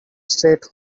straight